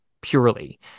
purely